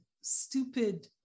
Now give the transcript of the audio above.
stupid